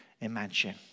imagine